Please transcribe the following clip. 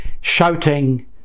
shouting